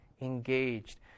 engaged